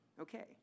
Okay